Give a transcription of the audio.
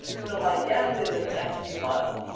so my guess is, in the next few months,